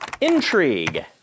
Intrigue